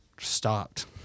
stopped